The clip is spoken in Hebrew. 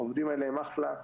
העובדים האלה הם אחלה,